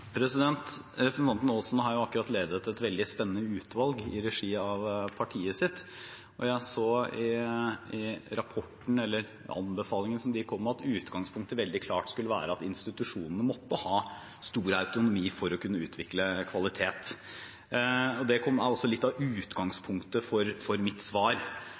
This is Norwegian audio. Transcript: Representanten Aasen har akkurat ledet et veldig spennende utvalg i regi av partiet sitt. Jeg så i rapporten og anbefalingen som de kom med, at utgangspunktet veldig klart skulle være at institusjonene måtte ha stor autonomi for å kunne utvikle kvalitet. Det er litt av utgangspunktet for mitt svar.